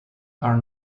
are